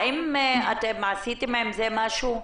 האם עשיתם עם זה משהו?